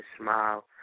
smile